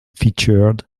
featured